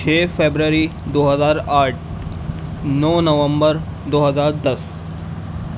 چھ فیبرری دو ہزار آٹھ نو نومبر دو ہزاردس